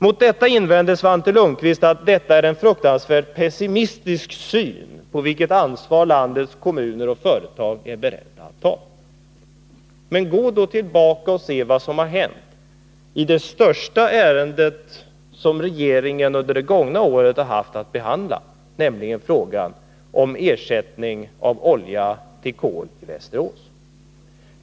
Mot detta påstående invände Svante Lundkvist att det innebär en fruktansvärt pessimistisk syn på vilket ansvar landets kommuner och företag är beredda att ta. Men gå då tillbaka och se vad som har hänt i det största ärendet som regeringen under det gångna året haft att behandla! Det gällde frågan om ersättning av olja med kol i Västerås.